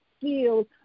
skills